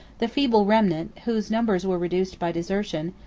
the feeble remnant, whose numbers were reduced by desertion,